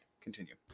Continue